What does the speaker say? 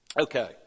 Okay